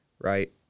right